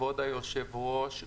כבוד היושב-ראש,